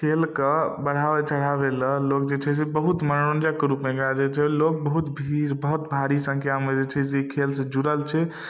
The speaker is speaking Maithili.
खेलके बढ़ावै चढ़ावैलए लोक जे छै से बहुत मनोरञ्जकके रूपमे एकरा जे छै लोक बहुत भीड़ बहुत भारी संख्यामे ई खेलसँ छै से जुड़ल छै